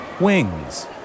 wings